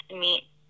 meet